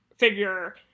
figure